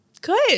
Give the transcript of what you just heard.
Good